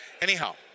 Anyhow